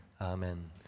amen